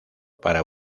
para